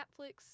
Netflix